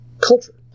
culture